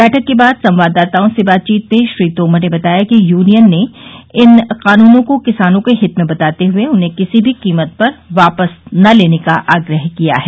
बैठक के बाद सवाददाताओं से बातचीत में श्री तोमर ने बताया कि यूनियन ने इन कानूनों को किसानों के हित में बताते हुए उन्हें किसी भी कीमत पर वापस न लेने का आग्रह किया है